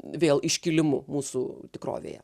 vėl iškilimu mūsų tikrovėje